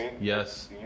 yes